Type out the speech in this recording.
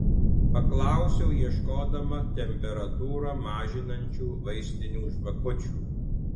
paklausiau ieškodama temperatūrą mažinančių vaistinių žvakučių